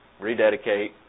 rededicate